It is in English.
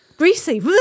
Greasy